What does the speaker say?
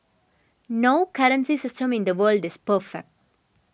no currency system in the world is perfect